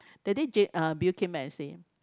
that day Jade uh Bill came back and say